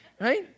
Right